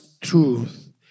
truth